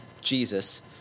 Jesus